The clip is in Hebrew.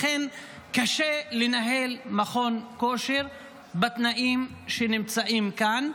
לכן, קשה לנהל מכון כושר בתנאים שנמצאים כאן,